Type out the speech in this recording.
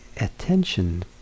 attention